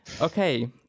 Okay